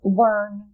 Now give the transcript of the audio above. learn